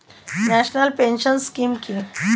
National pension scheme কি?